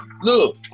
look